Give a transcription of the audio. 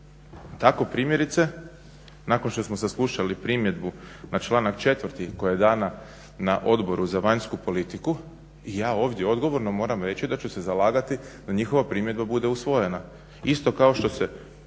Tako primjerice nakon što smo saslušali primjedbu na članak 4. koja je dana na Odboru za vanjsku politiku i ja ovdje odgovorno moram reći da ću se zalagati da njihova primjedba bude usvojena.